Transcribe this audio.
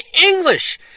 English